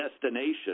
destination